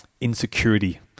insecurity